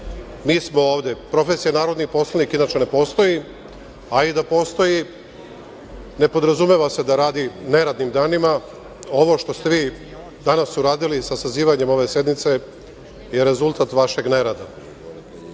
mi smo ovde. Profesija narodni poslanik inače ne postoji, a i da postoji, ne podrazumeva se da radi neradnim danima. Ovo što ste vi danas uradili sa sazivanjem ove sednice je rezultat vašeg nerada.